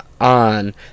on